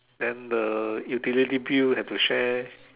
then the utility bills have to share